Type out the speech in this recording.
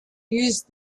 use